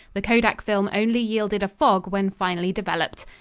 the kodak film only yielded a fog when finally developed.